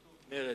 מרצ.